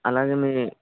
అలాగే మీ